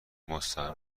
مستقیم